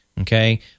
Okay